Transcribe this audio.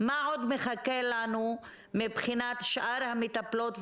אנחנו לא באים לכאן לבקש נדברות.